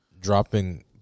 dropping